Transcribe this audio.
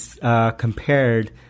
compared